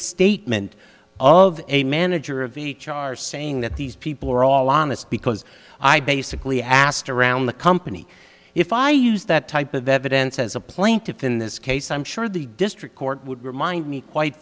statement of a manager of each are saying that these people are all honest because i basically asked around the company if i use that type of evidence as a plaintiff in this case i'm sure the district court would remind me quite